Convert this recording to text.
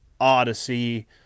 odyssey